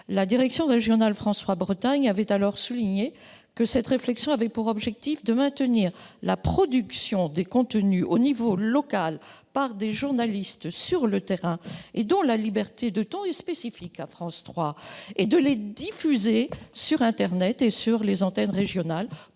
La direction régionale de France 3 Bretagne avait alors souligné que la réflexion en cours avait pour objectif de maintenir la production des contenus au niveau local par des journalistes sur le terrain, dont la liberté de ton est spécifique à France 3, et de les diffuser sur internet ainsi que sur les antennes régionales,